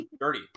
Dirty